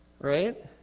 Right